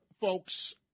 folks